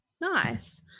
nice